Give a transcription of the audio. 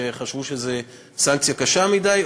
חשבו שזו סנקציה קשה מדי,